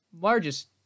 largest